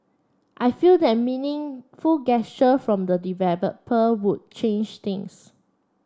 I feel that meaningful gesture from the developer would change things